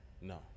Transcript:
No